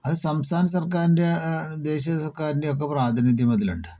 അത് സംസ്ഥാനസർക്കാരിൻ്റെ ദേശീയസർക്കാരിൻ്റെയും ഒക്കെ പ്രാധിനിത്യം അതിലുണ്ട്